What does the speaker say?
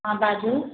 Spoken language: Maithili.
हँ बाजू